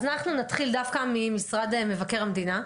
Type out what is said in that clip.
אז אנחנו נתחיל דווקא ממשרד מבקר המדינה,